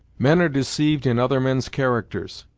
men are deceived in other men's characters,